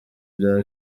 bya